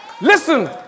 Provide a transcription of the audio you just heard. Listen